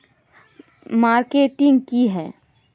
Marketing की है?